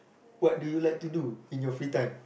what do you like to do in your free time